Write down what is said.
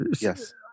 yes